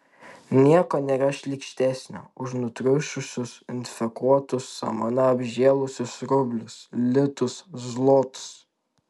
nieko nėra šlykštesnio už nutriušusius infekuotus samana apžėlusius rublius litus zlotus